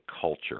culture